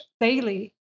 daily